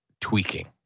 tweaking